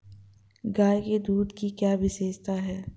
गाय के दूध की क्या विशेषता है?